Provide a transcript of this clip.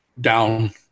down